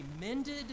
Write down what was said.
mended